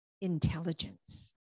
intelligence